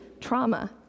trauma